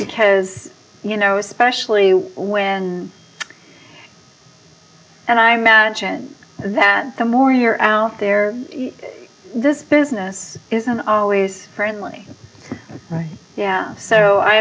because you know especially when and i imagine that the more you're out there this business isn't always friendly yeah so i